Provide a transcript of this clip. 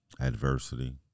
Adversity